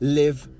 live